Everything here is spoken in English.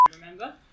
Remember